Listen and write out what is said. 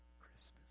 Christmas